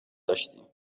داشتیم